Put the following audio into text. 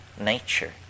nature